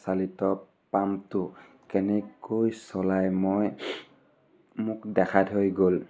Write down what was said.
চালিত পামটো কেনেকৈ চলাই মই মোক দেখাই থৈ গ'ল